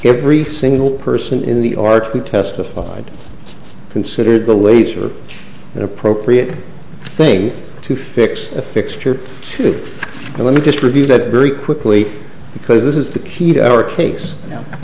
every single person in the article testified considered the laser and appropriate thing to fix a fixture to let me just review that very quickly because this is the key to our case